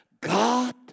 God